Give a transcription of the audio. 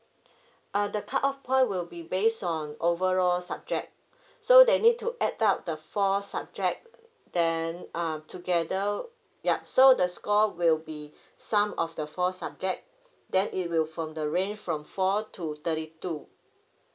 err the cut off point will be based on overall subject so they need to add up the four subject then err together yup so the score will be sum of the four subject then it will from the range from four to thirty two